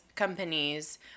Companies